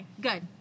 good